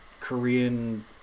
Korean